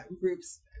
groups